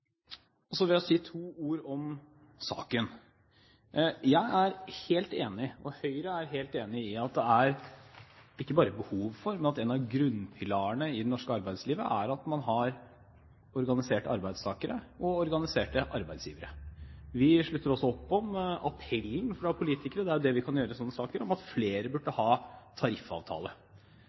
Venstre. Så vil jeg si noen ord om saken. Høyre er helt enig i at det ikke bare er behov for, men at en av grunnpilarene i det norske arbeidslivet er at man har organiserte arbeidstakere og organiserte arbeidsgivere. Vi slutter også opp om appellen fra politikere – det er jo det vi kan gjøre i slike saker – om at flere burde ha tariffavtale.